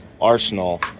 arsenal